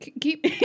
keep